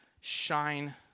shine